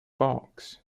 box